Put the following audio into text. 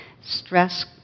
stress